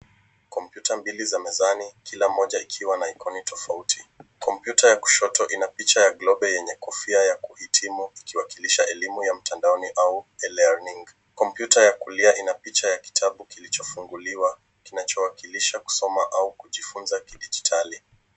Kompyuta mbili za mezani kila moja ikiwa na ikoni tofauti. Kompyuta ya kushoto ina picha ya globu yenye kofia ya kuhitimu ikiwakilisha elimu ya mtandaoni au eliolink . Kompyuta ya kulia ina picha kitabu kilichofunguliwa kinachowakilisha kusoma au kujifunza kidijitali.